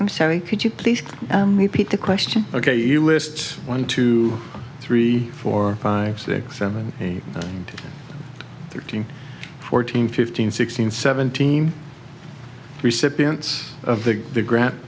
i'm sorry could you please repeat the question ok you list one two three four five six seven eight thirteen fourteen fifteen sixteen seventeen recipients of the grant